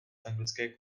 anglické